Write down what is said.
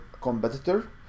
competitor